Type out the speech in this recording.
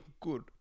Good